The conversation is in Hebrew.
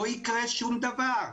לא יקרה שום דבר.